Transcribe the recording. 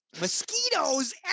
mosquitoes